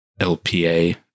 LPA